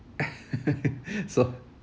so